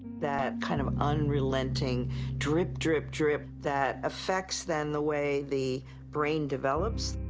that kind of unrelenting drip-drip-drip that affects then the way the brain develops.